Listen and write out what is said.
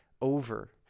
over